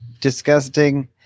disgusting